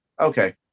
Okay